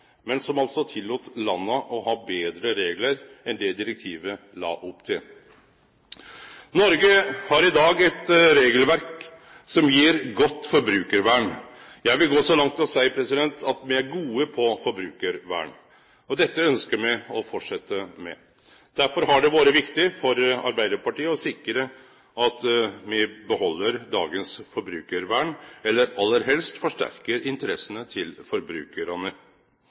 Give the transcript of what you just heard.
landa å ha betre reglar enn det direktivet la opp til. Noreg har i dag eit regelverk som gjev eit godt forbrukarvern. Eg vil gå så langt som å seie at me er gode på forbrukarvern. Dette ønskjer me å fortsetje med. Derfor har det vore viktig for Arbeidarpartiet å sikre at me beheld dagens forbrukarvern – eller aller helst forsterkar interessene til forbrukarane.